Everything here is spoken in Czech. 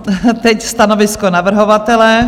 Ano, teď stanovisko navrhovatele?